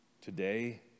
today